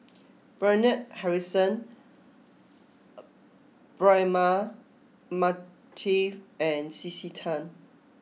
Bernard Harrison Braema Mathi and C C Tan